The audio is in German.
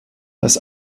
das